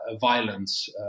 violence